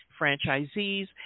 franchisees